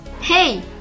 Hey